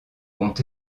ont